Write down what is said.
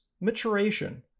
maturation